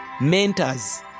mentors